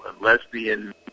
lesbian